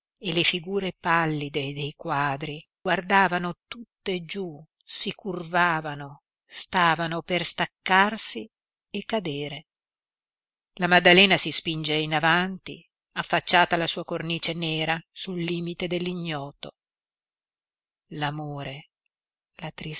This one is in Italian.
e le figure pallide dei quadri guardavano tutte giú si